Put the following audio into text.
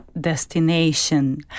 destination